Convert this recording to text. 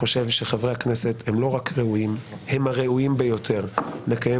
שחברי הכנסת הם לא רק ראויים אלא הם הראויים ביותר לקיים